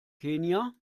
kenia